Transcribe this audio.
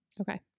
Okay